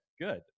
good